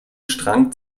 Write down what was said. strang